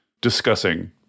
discussing